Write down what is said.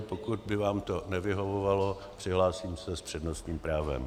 Pokud by vám to nevyhovovalo, přihlásím se s přednostním právem.